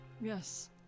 Yes